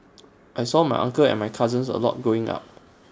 I saw my uncle and my cousins A lot growing up